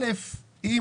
ראשית, אם